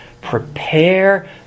Prepare